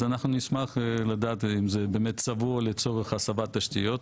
אז אנחנו נשמח לדעת אם זה באמת צבוע לצורך הסבת תשתיות,